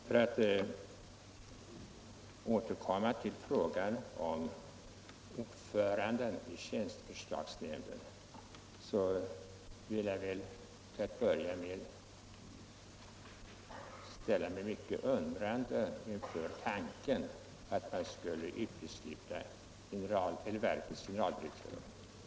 Herr talman! För att återkomma till frågan om ordföranden i tjänsteförslagsnämnden vill jag till att börja med ställa mig mycket undrande inför tanken på att man skulle utesluta verkets generaldirektör.